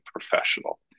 Professional